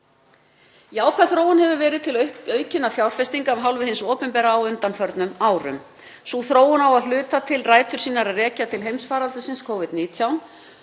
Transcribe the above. Jákvæð þróun hefur verið í auknum fjárfestingum af hálfu hins opinbera á undanförnum árum. Sú þróun á að hluta til rætur sínar að rekja til heimsfaraldurs Covid-19.